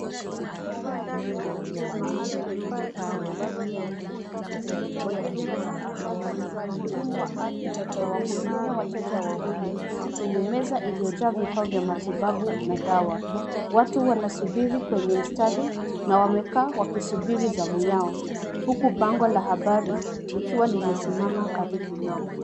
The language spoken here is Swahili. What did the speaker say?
Tukio la ufikiaji wa afya kwa jamii linafanyika nje, likitoa huduma za afya. Mhudumu wa afya anawahudumia wateja wawili kwenye meza iliyojaa vifaa vya matibabu na dawa. Watu wanasubiri kwenye mstari na wamekaa wakisubiri zamu yao, huku bango la habari likiwa limesimama karibu nao.